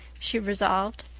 she resolved.